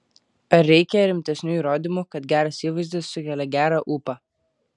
ar reikia rimtesnių įrodymų kad geras įvaizdis sukelia gerą ūpą